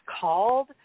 called